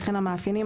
וכן המאפיינים,